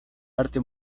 arte